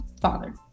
father